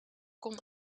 kon